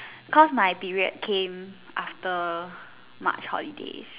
cause my period came after March holidays